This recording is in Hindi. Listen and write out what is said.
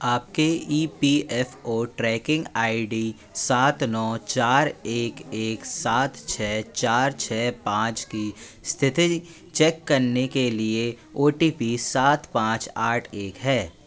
आपके E P F O tracking I D सात नौ चार एक एक सात छः चार छः पाँच की स्थिति चेक करने के लिए ओ टी पी सात पाँच आठ एक है